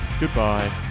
goodbye